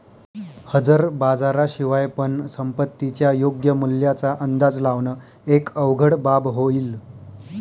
हजर बाजारा शिवाय पण संपत्तीच्या योग्य मूल्याचा अंदाज लावण एक अवघड बाब होईल